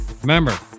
Remember